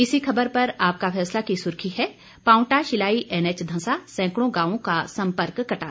इसी खबर पर आपका फैसला की सुर्खी है पांवटा शिलाई एनएच धंसा सैंकड़ों गांवों का सम्पर्क कटा